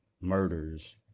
murders